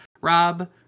Rob